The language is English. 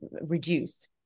reduce